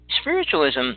spiritualism